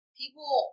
people